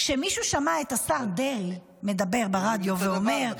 כשמישהו שמע את השר דרעי מדבר ברדיו ואומר,